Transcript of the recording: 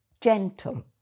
gentle